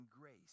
grace